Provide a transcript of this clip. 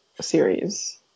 series